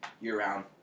year-round